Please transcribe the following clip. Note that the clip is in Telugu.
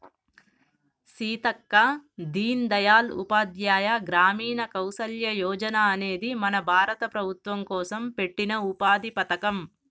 సీతక్క దీన్ దయాల్ ఉపాధ్యాయ గ్రామీణ కౌసల్య యోజన అనేది మన భారత ప్రభుత్వం కోసం పెట్టిన ఉపాధి పథకం